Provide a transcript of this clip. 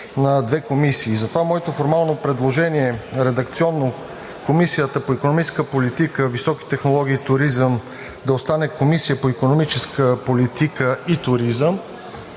на двете комисии. Затова моето формално, редакционно предложение е Комисията по икономическа политика, високи технологии и туризъм да остане Комисия по икономическа политика и туризъм,